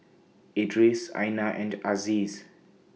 Idris Aina and Aziz